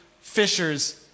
fishers